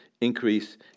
increase